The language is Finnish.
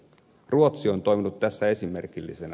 ruotsi on toiminut tässä esimerkillisenä